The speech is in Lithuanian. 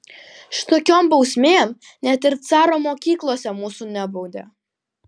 šitokiom bausmėm net ir caro mokyklose mūsų nebaudė